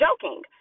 joking